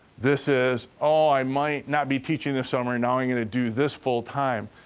this is, oh, i might not be teaching this summer, now i'm gonna do this full-time.